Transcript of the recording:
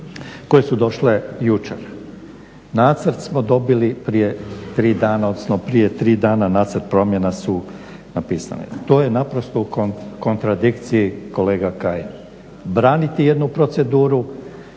koje su došle jučer. Nacrt smo dobili prije tri dana, odnosno prije tri dana nacrt promjena su napisali. To je naprosto u kontradikciji kolega Kajin. Braniti jednu proceduru